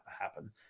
happen